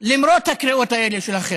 למרות הקריאות האלה של החרם.